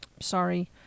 sorry